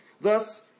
Thus